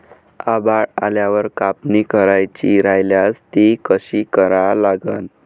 आभाळ आल्यावर कापनी करायची राह्यल्यास ती कशी करा लागन?